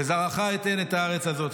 "לזרעך אתן את הארץ הזאת".